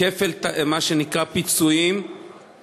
פיצוי לדוגמה בשל מעשה איבה),